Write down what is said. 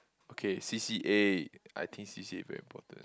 okay C_C_A I think C_C_A very important